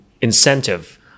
incentive